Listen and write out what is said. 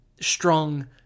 strong